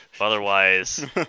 Otherwise